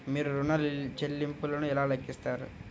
మీరు ఋణ ల్లింపులను ఎలా లెక్కిస్తారు?